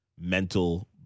mental